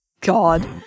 god